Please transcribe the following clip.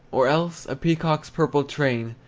or else a peacock's purple train,